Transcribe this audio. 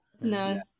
no